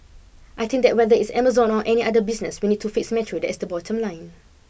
I think that whether it's Amazon or any other business we need to fix metro that is the bottom line